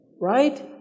right